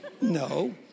No